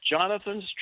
Jonathan's